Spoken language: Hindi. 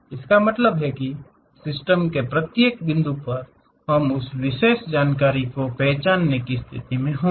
इसका मतलब है सिस्टम के प्रत्येक बिंदु पर हम उस विशेष जानकारी को पहचानने की स्थिति में होंगे